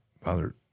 Father